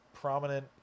prominent